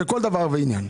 לרמ"י.